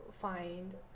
find